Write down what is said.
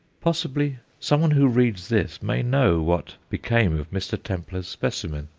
possibly someone who reads this may know what became of mr. templar's specimen.